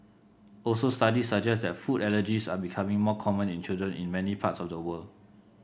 also studies suggest that food allergies are becoming more common in children in many parts of the world